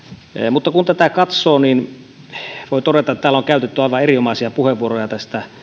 mutta kun tätä katsoo niin voi todeta että täällä on käytetty aivan erinomaisia puheenvuoroja tästä